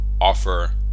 offer